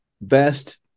best